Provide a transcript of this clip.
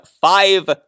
five